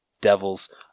devil's